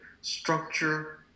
Structure